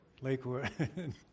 Lakewood